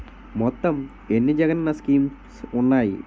మొత్తం ఎన్ని జగనన్న స్కీమ్స్ ఉన్నాయి?